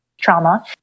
trauma